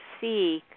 see